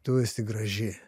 tu esi graži